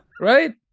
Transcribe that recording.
right